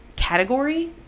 category